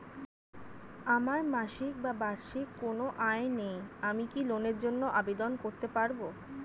আমার মাসিক বা বার্ষিক কোন আয় নেই আমি কি লোনের জন্য আবেদন করতে পারব?